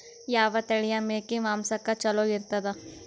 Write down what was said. ಯಾವ ತಳಿಯ ಮೇಕಿ ಮಾಂಸಕ್ಕ ಚಲೋ ಇರ್ತದ?